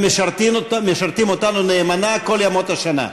הם משרתים אותנו נאמנה כל ימות השנה.